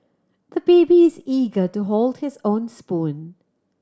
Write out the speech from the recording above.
the baby is eager to hold his own spoon